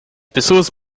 pessoas